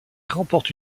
remporte